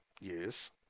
Yes